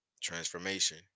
Transformation